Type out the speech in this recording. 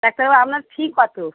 ডাক্তারবাবু আপনার ফি কতো